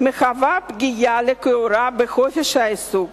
מהווה פגיעה לכאורה בחופש העיסוק.